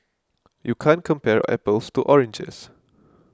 you can't compare apples to oranges